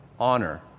honor